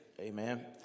Amen